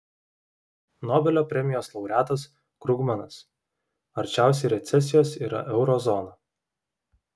nobelio premijos laureatas krugmanas arčiausiai recesijos yra euro zona